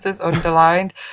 underlined